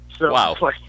Wow